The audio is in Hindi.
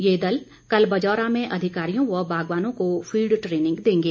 ये दल कल बजौरा में अधिकारियों व बागवानों को फिल्ड ट्रैनिंग देंगे